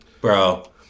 bro